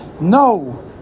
No